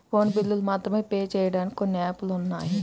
phone బిల్లులు మాత్రమే pay చెయ్యడానికి కొన్ని యాపులు ఉన్నాయి